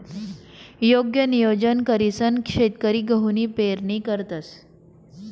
योग्य नियोजन करीसन शेतकरी गहूनी पेरणी करतंस